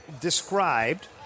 described